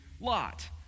Lot